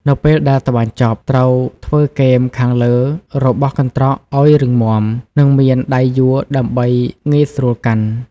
នៅពេលដែលត្បាញចប់ ត្រូវធ្វើគែមខាងលើរបស់កន្ត្រកឲ្យរឹងមាំ និងមានដៃយួរដើម្បីងាយស្រួលកាន់។